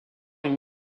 une